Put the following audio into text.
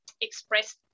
express